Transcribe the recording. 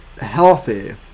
healthy